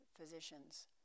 physicians